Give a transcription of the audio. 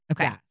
okay